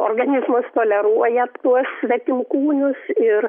organizmas toleruoja tuos svetimkūnius ir